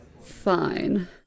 Fine